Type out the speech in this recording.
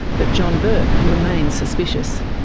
but john bourke remains suspicious.